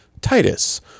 Titus